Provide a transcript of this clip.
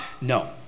No